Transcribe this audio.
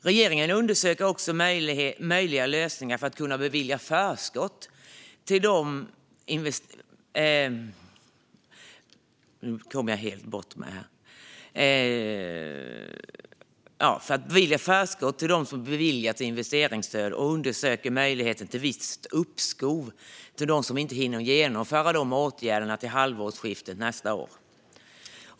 Regeringen undersöker också möjliga lösningar för att kunna bevilja förskott till dem som beviljats investeringsstöd och undersöker möjligheten till visst uppskov för den som inte hinner genomföra åtgärder till halvårsskiftet nästa år.